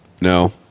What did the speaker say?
No